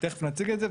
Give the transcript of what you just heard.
תכף נציג את זה.